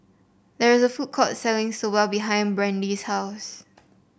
there is a food court selling Soba behind Brandee's house